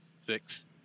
six